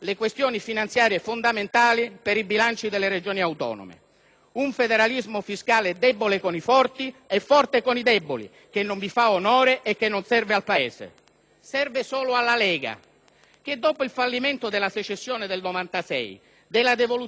Un federalismo fiscale debole con i forti e forte con i deboli, che non vi fa onore e che non serve al Paese. Serve solo alla Lega, che dopo il fallimento della secessione del 1996, della devoluzione del 2001 e delle Regioni a due velocità nel 2006